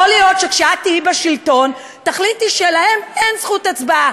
יכול להיות שכשאת תהיי בשלטון תחליטי שלהם אין זכות הצבעה: